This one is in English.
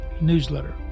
newsletter